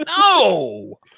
no